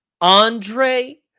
Andre